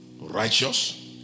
righteous